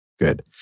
good